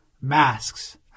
Masks